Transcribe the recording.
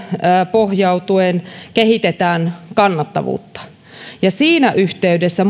pohjautuen kehitetään kannattavuutta siinä yhteydessä